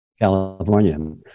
California